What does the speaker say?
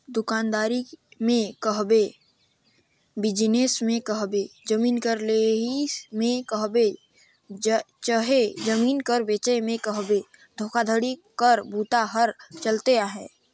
दुकानदारी में कहबे, बिजनेस में कहबे, जमीन कर लेहई में कहबे चहे जमीन कर बेंचई में कहबे धोखाघड़ी कर बूता हर चलते अहे